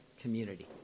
community